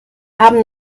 haben